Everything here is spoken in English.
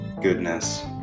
goodness